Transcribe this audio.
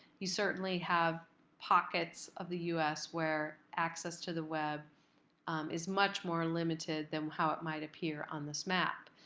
you certainly have pockets of the us where access to the web is much more limited than how it might appear on this map.